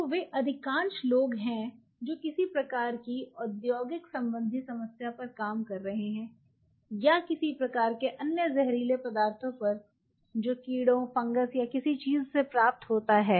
तो वे अधिकांश लोग हैं जो किसी प्रकार की औद्योगिक संबंधित समस्या पर काम कर रहे हैं या किसी प्रकार के अन्य जहरीले पदार्थों पर जो कीड़ों फंगस या किसी चीज से प्राप्त होते हैं